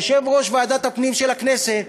יושב-ראש ועדת הפנים של הכנסת,